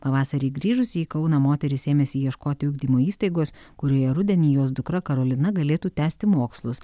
pavasarį grįžusi į kauną moteris ėmėsi ieškoti ugdymo įstaigos kurioje rudenį jos dukra karolina galėtų tęsti mokslus